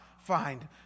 find